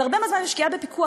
והרבה מהזמן אני משקיעה בפיקוח.